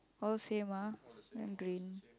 all same ah and green